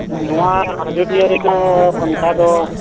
ᱱᱚᱣᱟ ᱟᱡᱚᱫᱤᱭᱟᱹ ᱨᱮᱛᱚ ᱚᱱᱠᱟ ᱫᱚ